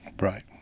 Right